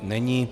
Není.